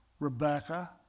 Rebecca